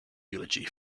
eulogy